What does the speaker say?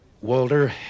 Walter